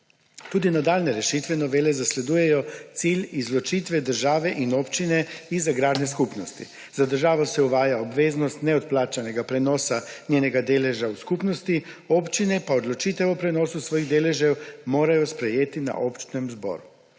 Tudi nadaljnje rešitve novele zasledujejo cilj izločitve države in občine iz agrarne skupnosti. Za državo se uvaja obveznost neodplačanega prenosa njenega deleža v skupnosti, občine pa odločitev o prenosu svojih deležev morajo sprejeti na občnem zboru.